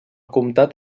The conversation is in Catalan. comtat